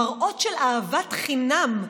מראות של אהבת חינם.